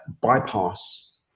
bypass